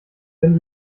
wenn